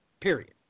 Period